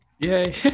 Yay